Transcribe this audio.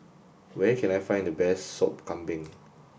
where can I find the best Sop Kambing